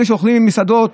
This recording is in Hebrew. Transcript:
אלה שאוכלים במסעדות,